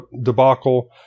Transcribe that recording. debacle